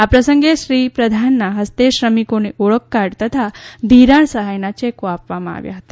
આ પ્રસંગે શ્રીપ્રધાનના હસ્તે શ્રમિકોને ઓળખકાર્ડ તથા ધિરાણ સહાયના ચેકો આપવામાં આવ્યા હતા